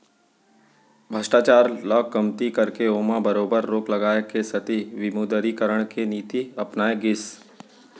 भस्टाचार ल कमती करके ओमा बरोबर रोक लगाए के सेती विमुदरीकरन के नीति अपनाए गिस